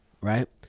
right